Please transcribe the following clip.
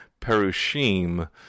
perushim